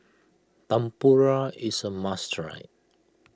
Tempura is a must try